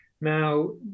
Now